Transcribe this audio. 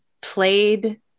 played